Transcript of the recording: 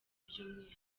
byumwihariko